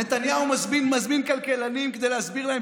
נתניהו מזמין כלכלנים כדי להסביר להם